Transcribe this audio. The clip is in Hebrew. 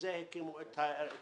ולשם כך הקימו את הרשות